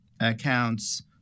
accounts